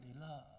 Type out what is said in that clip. Love